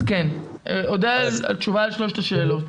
אודה על תשובה לשלושת השאלות.